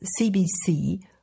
CBC